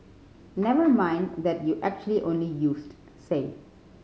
never mind that you actually only used say